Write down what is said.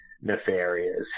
nefarious